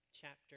chapter